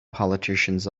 politicians